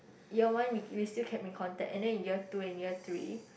year one we we still kept in contact and then in year two and year three